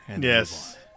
Yes